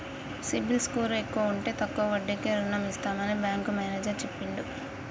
CIBIL score ఎక్కువ ఉంటే తక్కువ వడ్డీకే రుణం ఇస్తామని బ్యాంకు మేనేజర్ చెప్పిండు